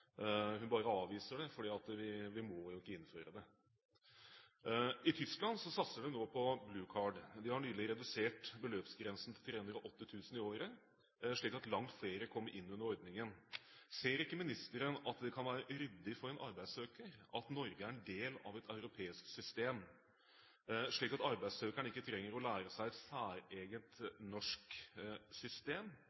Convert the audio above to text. Hun bare avviser det, for vi må ikke innføre det. I Tyskland satser de nå på «Blue Card». De har nylig redusert beløpsgrensen til 380 000 i året, slik at langt flere kommer inn under ordningen. Ser ikke ministeren at det kan være ryddig for en arbeidssøker at Norge er en del av et europeisk system, slik at arbeidssøkeren ikke trenger å lære seg et